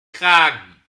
kragen